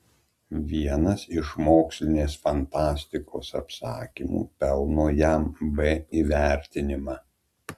vienas iš mokslinės fantastikos apsakymų pelno jam b įvertinimą